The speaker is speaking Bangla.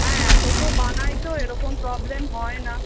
না এত তো বানাই তো এরকম প্রবলেম হয় না